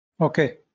Okay